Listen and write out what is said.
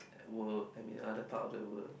world I mean other part of the world